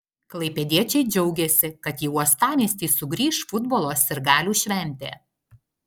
klaipėdiečiai džiaugėsi kad į uostamiestį sugrįš futbolo sirgalių šventė